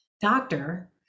doctor